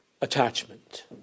attachment